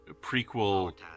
prequel